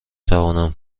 توانم